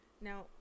Now